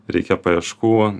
reikia paieškų